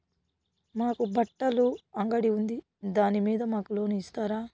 మాకు బట్టలు అంగడి ఉంది దాని మీద మాకు లోను ఇస్తారా